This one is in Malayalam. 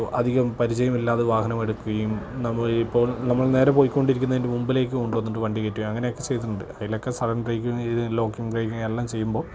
അധികം പരിചയമില്ലാതെ വാഹനം എടുക്കുകയും നമ്മൾ ഇപ്പോൾ നമ്മൾ നേരെ പോറയിക്കൊണ്ടിരിക്കുന്നതിൻ്റെ മുമ്പിലേക്ക് കൊണ്ടു വന്നിട്ട് വണ്ടി കയറ്റുക അങ്ങനെയൊക്കെ ചെയ്തിട്ടുണ്ട് അതിലൊക്കെ സഡൻ ബ്രേക്കിങ് ലോങ് ബ്രേക്കിങ് എല്ലാം ചെയ്യുമ്പോൾ